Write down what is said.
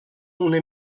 una